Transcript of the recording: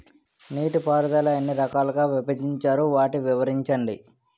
నీటిపారుదల ఎన్ని రకాలుగా విభజించారు? వాటి వివరించండి?